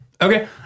Okay